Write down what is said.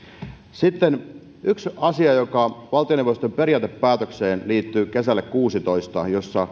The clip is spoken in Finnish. sitten yksi asia joka liittyy valtioneuvoston periaatepäätökseen kesältä kuusitoista jossa